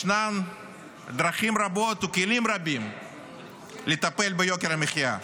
ישנן דרכים רבות וכלים רבים לטפל ביוקר המחיה,